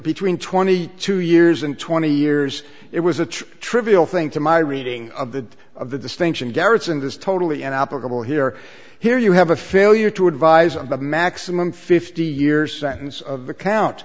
between twenty two years and twenty years it was a trivial thing to my reading of the of the distinction garrisoned is totally and applicable here here you have a failure to advise on the maximum fifty years sentence